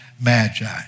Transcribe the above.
magi